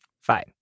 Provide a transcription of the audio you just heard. Fine